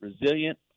resilient